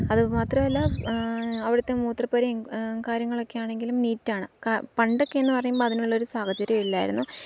അതു മാത്രമല്ല അവിടുത്തെ മൂത്രപ്പുരയും കാര്യങ്ങളൊക്കെ ആണെങ്കിലും നീറ്റാണ് പണ്ടൊക്കെ എന്നു പറയുമ്പോള് അതിനുള്ളൊരു സാഹചര്യം ഇല്ലായിരുന്നു